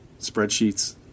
Spreadsheets